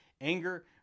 anger